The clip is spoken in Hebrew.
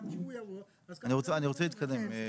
גם כשהוא יבוא, אז --- אני רוצה להתקדם.